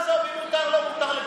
לא, עזוב, אם מותר לו, מותר לכולם.